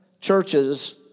churches